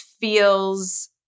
feels